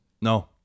No